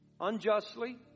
unjustly